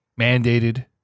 mandated